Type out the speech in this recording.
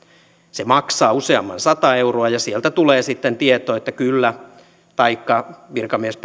se maksaa useamman sata euroa ja sieltä tulee sitten tieto että kyllä taikka virkamies